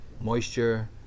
moisture